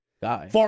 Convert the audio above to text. guy